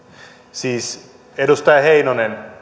siis edustaja heinonen